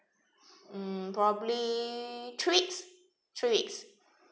hmm probably three weeks three weeks